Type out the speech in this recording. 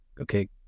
okay